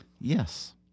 Yes